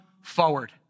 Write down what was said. forward